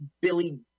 Billy